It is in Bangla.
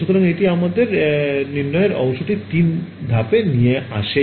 সুতরাং এটি আসলে আমাদের নির্ণয়ের অংশটি 3 ধাপে নিয়ে আসে